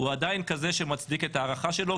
הוא עדיין כזה שמצדיק את ההארכה שלו,